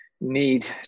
need